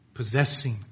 Possessing